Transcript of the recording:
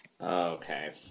Okay